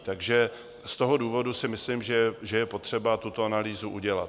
Takže z toho důvodu si myslím, že je potřeba tuto analýzu udělat.